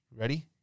ready